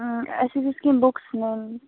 ٲں اَسہِ حظ ٲسۍ کیٚنٛہہ بُکٕس نِنۍ